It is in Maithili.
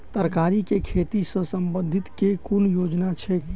तरकारी केँ खेती सऽ संबंधित केँ कुन योजना छैक?